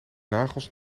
nagels